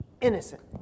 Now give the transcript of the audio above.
innocent